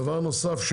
דבר נוסף,